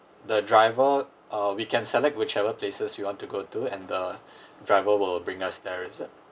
the driver uh we can select whichever places we want to go to and the driver will bring us there is it